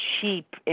cheap